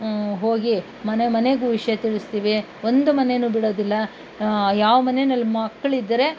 ಹೋಗಿ ಮನೆ ಮನೆಗೂ ವಿಷಯ ತಿಳಿಸ್ತೀವಿ ಒಂದು ಮನೇನು ಬಿಡೋದಿಲ್ಲ ಯಾವ ಮನೇನಲ್ಲಿ ಮಕ್ಳು ಇದ್ದರೆ